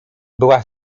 była